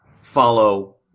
follow